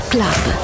Club